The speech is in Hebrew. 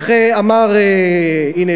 הנה,